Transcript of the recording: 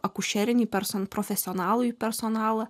akušerinį personą profesionalui personalą